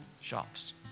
shops